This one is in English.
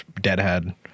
Deadhead